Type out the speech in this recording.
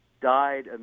died